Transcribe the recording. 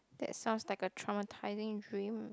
that sounds like a traumatizing dream